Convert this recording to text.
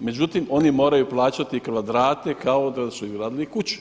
međutim, oni moraju plaćati kvadrate kao da su izgradili kuće.